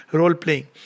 role-playing